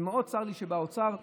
צר לי שזו הגישה באוצר כיום,